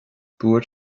dúirt